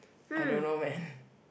I don't know man